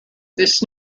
this